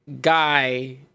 guy